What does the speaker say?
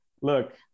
look